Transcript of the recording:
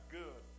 good